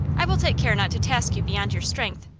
i will take care not to task you beyond your strength.